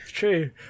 true